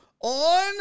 on